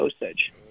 dosage